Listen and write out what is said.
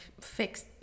fixed